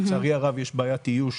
לצערי הרב יש בעיית איוש